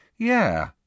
Yeah